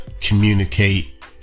communicate